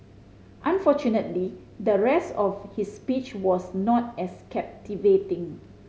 unfortunately the rest of his speech was not as captivating